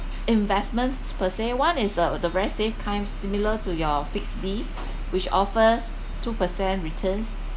investments per se one is uh the very safe kind similar to your fixed D which offers two percent returns